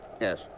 Yes